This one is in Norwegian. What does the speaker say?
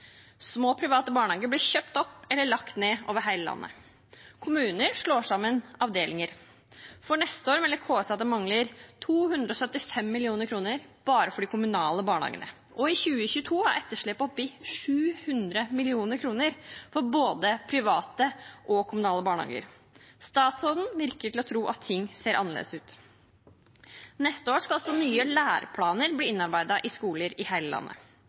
Små private barnehager blir kjøpt opp eller lagt ned over hele landet. Kommuner slår sammen avdelinger. For neste år melder KS at det mangler 275 mill. kr bare for de kommunale barnehagene, og i 2022 er etterslepet oppe i 700 mill. kr for både private og kommunale barnehager. Statsråden ser ut til å tro at ting ser annerledes ut. Neste år skal også nye læreplaner bli innarbeidet i skoler i hele landet.